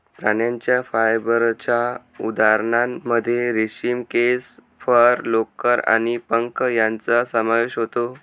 प्राण्यांच्या फायबरच्या उदाहरणांमध्ये रेशीम, केस, फर, लोकर आणि पंख यांचा समावेश होतो